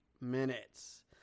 minutes